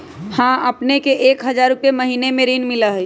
हां अपने के एक हजार रु महीने में ऋण मिलहई?